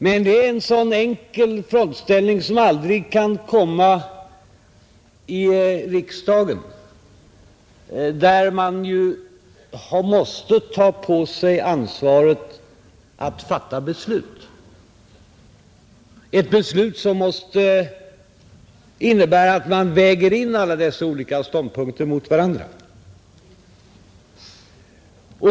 Men det är en sådan enkel frontställning som aldrig kan komma i riksdagen, där man ju måste ta på sig ansvaret att fatta beslut, ett beslut som måste innebära att man väger in alla ståndpunkterna mot varandra.